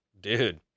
Dude